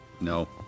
No